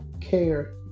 care